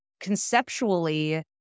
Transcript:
conceptually